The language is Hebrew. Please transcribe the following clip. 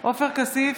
עופר כסיף,